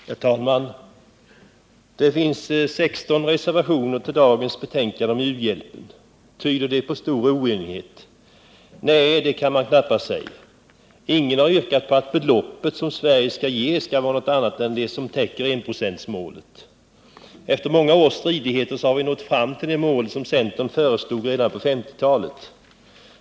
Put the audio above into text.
Herr talman! Det finns 16 reservationer till dagens betänkande om u-hjälpen. Tyder det på stor oenighet? Nej, det kan man knappast säga. Ingen har yrkat på att det belopp som Sverige skall ge skall vara större än att det täcker enprocentsmålet. Efter många års stridigheter har vi nått fram till det mål som centern föreslog redan på 1950-talet.